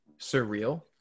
surreal